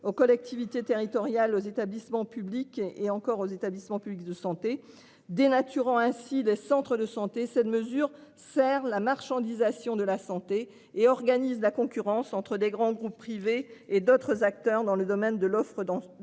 aux collectivités territoriales aux établissements publics et encore aux établissements publics de santé dénaturant ainsi des centres de santé cette mesure sert la marchandisation de la santé et organise la concurrence entre des grands groupes privés et d'autres acteurs dans le domaine de l'offre dense